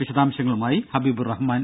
വിശദാംശങ്ങളുമായി ഹബീബ് റഹ്മാൻ